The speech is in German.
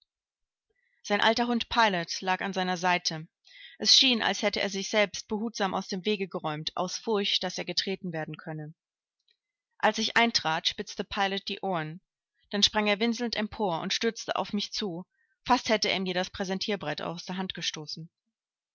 sein alter hund pilot lag an einer seite es schien als hätte er sich selbst behutsam aus dem wege geräumt aus furcht daß er getreten werden könne als ich eintrat spitzte pilot die ohren dann sprang er winselnd empor und stürzte auf mich zu fast hätte er mir das präsentierbrett aus der hand gestoßen